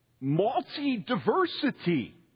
multi-diversity